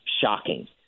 shocking